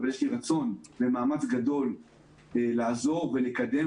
אבל יש לי רצון ומאמץ גדול לעזור ולקדם.